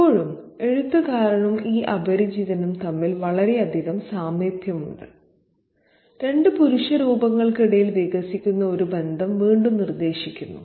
ഇപ്പോഴും എഴുത്തുകാരനും ഈ അപരിചിതനും തമ്മിൽ വളരെയധികം സാമീപ്യമുണ്ട് രണ്ട് പുരുഷ രൂപങ്ങൾക്കിടയിൽ വികസിക്കുന്ന ഒരു ബന്ധം വീണ്ടും നിർദ്ദേശിക്കുന്നു